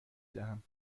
دهم